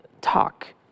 talk